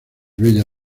bella